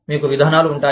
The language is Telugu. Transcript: మీకు విధానాలు ఉంటాయి